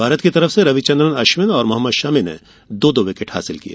भारत की ओर से रविचन्द्रन अश्विन और मोहम्मद शमी ने दो दो विकेट हासिल किए